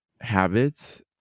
habits